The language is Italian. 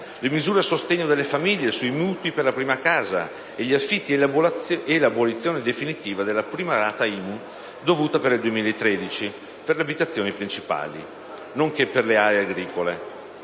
misure a sostegno delle famiglie sui mutui per la prima casa e gli affitti e l'abolizione definitiva della prima rata IMU dovuta per il 2013 per le abitazioni principali, nonché per le aree agricole.